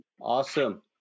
Awesome